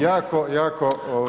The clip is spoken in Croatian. jako, jako